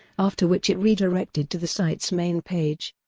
after which it redirected to the site's main page.